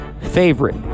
favorite